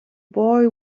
boy